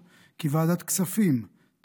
כי ועדת הכנסת החליטה בישיבתה היום כי ועדת הכספים תדון